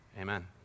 Amen